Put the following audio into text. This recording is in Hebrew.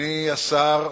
אדוני השר,